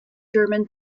german